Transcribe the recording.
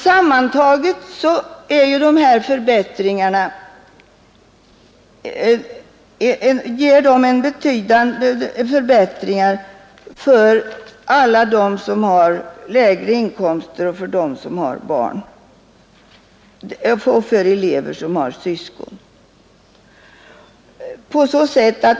Sammantaget ger detta betydande förbättringar för alla som har låga inkomster och för elever med syskon.